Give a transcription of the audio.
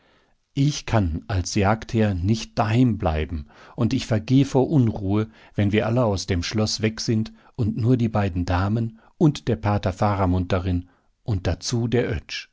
ich kann als jagdherr nicht daheim bleiben und ich vergeh vor unruhe wenn wir alle aus dem schloß weg sind und nur die beiden damen und der pater faramund darin und dazu der